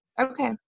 Okay